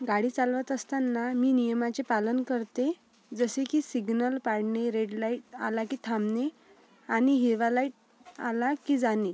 गाडी चालवत असताना मी नियमाचे पालन करते जसे की सिग्नल पाळणे रेड लाईट आला की थांबणे आणि हिरवा लाईट आला की जाणे